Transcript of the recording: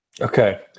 Okay